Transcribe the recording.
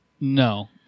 No